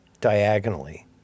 diagonally